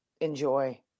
enjoy